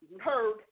heard